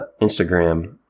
Instagram